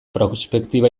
prospektiba